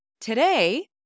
Today